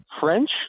French